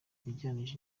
ugereranyije